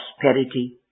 prosperity